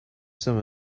some